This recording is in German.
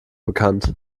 bekannt